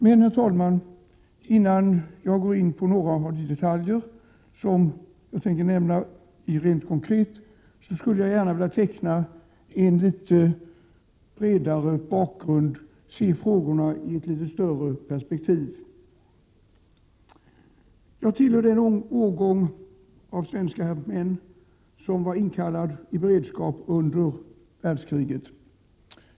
Men, herr talman, innan jag går in på några av de detaljer som jag tänker ta upp, skulle jag gärna vilja teckna en litet bredare bakgrund och se frågorna ur ett litet större perspektiv. Jag tillhörde den årgång svenska män som var inkallad i beredskap under andra världskriget.